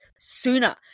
sooner